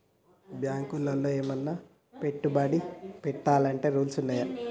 బ్యాంకులో ఏమన్నా పెట్టుబడి పెట్టాలంటే రూల్స్ ఉన్నయా?